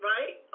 Right